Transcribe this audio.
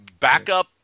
backup